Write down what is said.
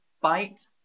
bite